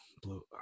blue